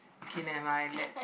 okay never mind let's